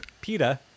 PETA